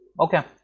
Okay